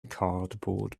cardboard